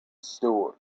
store